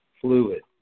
fluid